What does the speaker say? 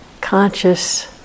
conscious